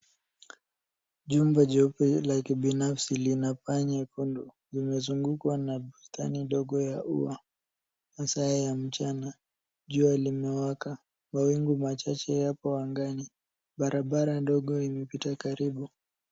Jumba jeupe la kibinafsi lina paa nyekundu. Limezungukwa na bustani ndogo ya ua. Maasa ya mchana jua limewaka. Mawingu machache yapo angani. Barabara ndogo imepita karibu.